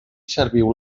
serviu